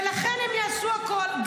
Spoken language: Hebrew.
ולכן הם יעשו הכול,